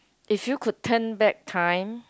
if you could turn back time